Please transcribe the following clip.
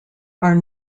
are